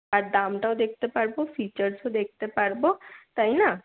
আর দামটাও দেখতে পারবো ফিচারসও দেখতে পারবো তাই না